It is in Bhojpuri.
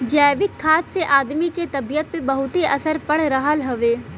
जैविक खाद से आदमी के तबियत पे बहुते असर पड़ रहल हउवे